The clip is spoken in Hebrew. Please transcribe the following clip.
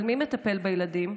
אבל מי מטפל בילדים?